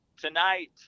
tonight